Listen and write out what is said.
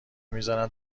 میزارن